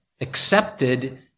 accepted